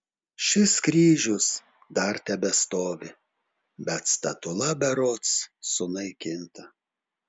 šis kryžius dar tebestovi bet statula berods sunaikinta